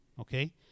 Okay